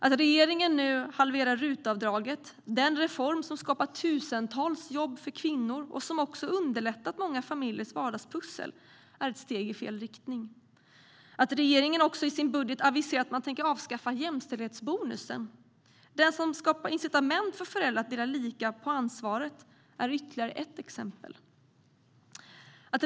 Att regeringen nu halverar RUT-avdraget, som är den reform som skapat tusentals jobb för kvinnor och som också underlättat många familjers vardagspussel, är ett steg i fel riktning. Att regeringen också i sin budget aviserat att man tänker avskaffa jämställdhetsbonusen, som skapar incitament för föräldrar att dela lika på ansvaret, är ytterligare ett exempel.